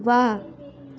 ਵਾਹ